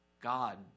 God